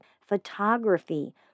photography